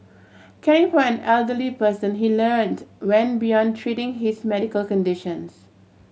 caring for an elderly person he learnt when beyond treating his medical conditions